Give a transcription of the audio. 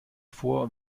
vor